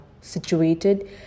situated